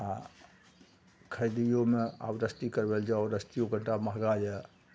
आओर खरिदिओमे आब रजिस्ट्री करबै जाउ रजिस्ट्रिओ कतबा महगा यऽ